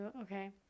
Okay